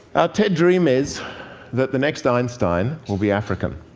our ted dream is that the next einstein will be african.